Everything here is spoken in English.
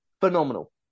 phenomenal